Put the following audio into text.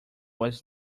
was